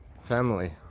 family